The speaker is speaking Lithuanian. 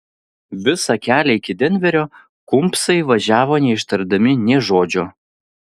visą kelią iki denverio kumbsai važiavo neištardami nė žodžio